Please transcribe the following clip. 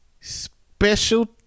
special